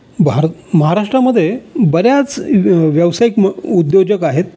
भारत महाराष्ट्रामध्ये बऱ्याच व्य व्यावसायिक म उद्योजक आहेत